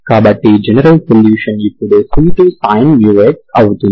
కాబట్టి general solution ఇప్పుడు c2 sin μx అవుతుంది